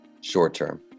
short-term